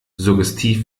suggestiv